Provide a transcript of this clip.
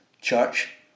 church